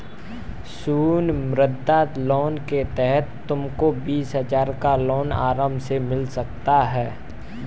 शिशु मुद्रा लोन के तहत तुमको बीस हजार का लोन आराम से मिल जाएगा